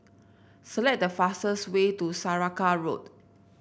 select the fastest way to Saraca Road